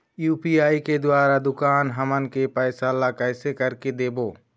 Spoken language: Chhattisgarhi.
यू.पी.आई के द्वारा दुकान हमन के पैसा ला कैसे कर के देबो?